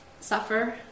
suffer